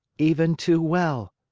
even too well,